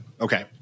Okay